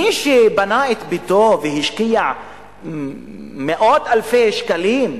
מי שבנה את ביתו והשקיע מאות אלפי שקלים,